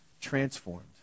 transformed